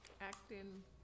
Acting